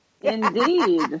indeed